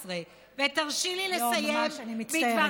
19. ותרשי לי לסיים, לא, אני מצטערת.